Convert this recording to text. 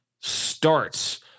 starts